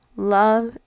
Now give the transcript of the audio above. love